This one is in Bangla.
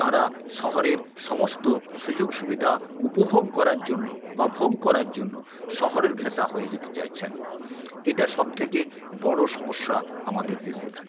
তাঁরা শহরের সমস্ত সুযোগ সুবিধা উপভোগ করার জন্য বা ভোগ করার জন্য শহরের ঘেঁসা হয়ে যেতে চাইছেন এটা সবথেকে বড়ো সমস্যা আমাদের দেশের